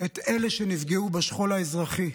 את אלה שנפגעו בשכול האזרחי.